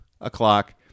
o'clock